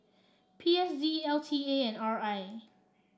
P S D L T A and R I